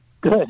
Good